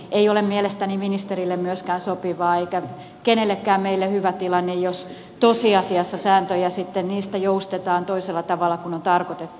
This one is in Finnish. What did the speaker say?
ei ole mielestäni myöskään ministerille sopivaa eikä kenellekään meistä hyvä tilanne jos tosiasiassa säännöistä joustetaan toisella tavalla kuin on tarkoitettu